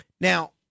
Now